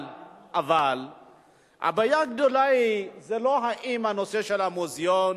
אבל הבעיה הגדולה היא לא הנושא של המוזיאון,